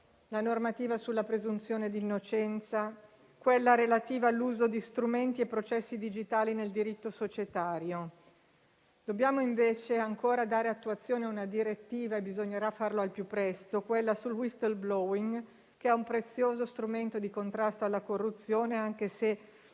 la normativa sulla presunzione di innocenza e quella relativa all'uso di strumenti e processi digitali nel diritto societario. Dobbiamo invece ancora dare attuazione alla direttiva sul *whistleblowing*, e bisognerà farlo al più presto, che rappresenta un prezioso strumento di contrasto alla corruzione, anche se